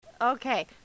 Okay